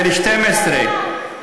בן 12,